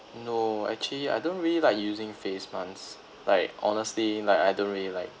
no actually I don't really like using face mask like honestly like I don't really like